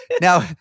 Now-